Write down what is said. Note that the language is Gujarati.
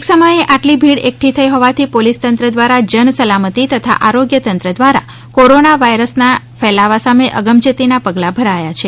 એક સમયે આટલી ભીડ એકઠી થઈ હોવાથી પોલિસ તંત્ર દ્વારા જન સલામતી તથા આરોગ્ય તંત્ર દ્વારા કોરોના વાયરસ ના ફેલાવા સામે અગમયેતી ના પગલાં ભરાયા છે